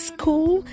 School